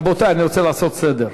רבותי, אני רוצה לעשות סדר: